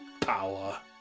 power